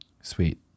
Sweet